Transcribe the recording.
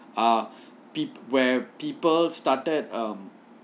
ah peop~ where people started um